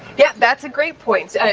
yeah that's a great point.